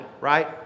right